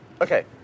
Okay